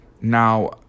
Now